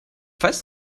weiß